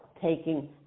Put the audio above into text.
taking